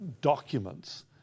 documents